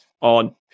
on